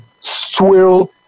swirl